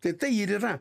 tai ir yra